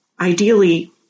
Ideally